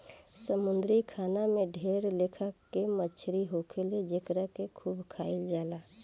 समुंद्री खाना में ढेर लेखा के मछली होखेले जेकरा के खूब खाइल जाला